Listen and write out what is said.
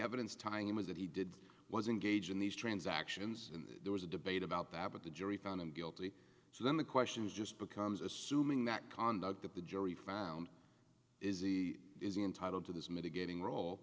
evidence tying him is that he did was engage in these transactions and there was a debate about that but the jury found him guilty so then the question is just becomes assuming that conduct that the jury found is he is entitled to this mitigating rol